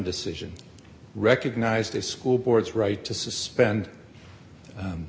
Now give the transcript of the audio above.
decision recognized the school board's right to suspend